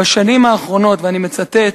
"בשנים האחרונות", ואני מצטט,